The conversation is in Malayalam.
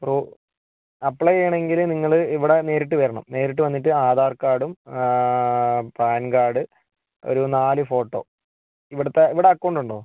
പ്രൂ അപ്ലൈ ചെയ്യണെങ്കില് നിങ്ങള് ഇവിടെ നേരിട്ട് വരണം നേരിട്ട് വന്നിട്ട് ആധാർ കാർഡും പാൻ കാർഡ് ഒരു നാലു ഫോട്ടോ ഇവിടുത്തെ ഇവിടെ അക്കൗണ്ട് ഉണ്ടോ